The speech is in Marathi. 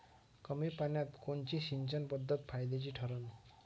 कमी पान्यात कोनची सिंचन पद्धत फायद्याची ठरन?